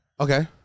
Okay